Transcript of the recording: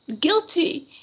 guilty